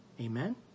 Amen